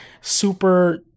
super